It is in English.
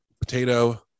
Potato